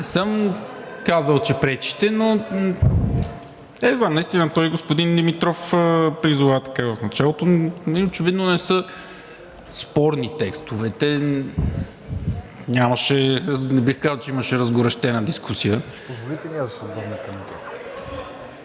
Не съм казал, че пречите, но и господин Димитров призова в началото – очевидно не са спорни текстовете, не бих казал, че имаше разгорещена дискусия.